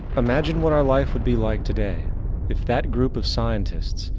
imagine what our life would be like today if that group of scientists,